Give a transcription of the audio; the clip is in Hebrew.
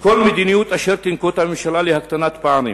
כל מדיניות שתנקוט הממשלה להקטנת פערים